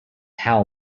how